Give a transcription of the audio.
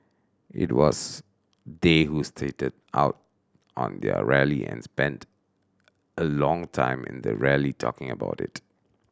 it was they who started out on their rally and spent a long time in the rally talking about it